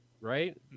Right